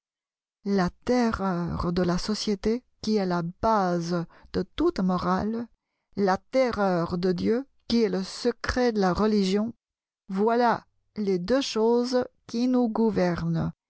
la terreur de la société qui est la base de toute morale la terreur de dieu qui est le secret de la religion voilà les deux choses qui nous gouvernent